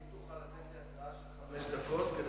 האם תוכל לתת לי התראה של חמש דקות כדי